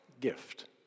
gift